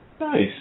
Nice